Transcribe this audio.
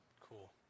Cool